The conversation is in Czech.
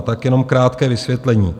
Tak jenom krátké vysvětlení.